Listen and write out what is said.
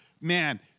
man